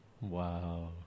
Wow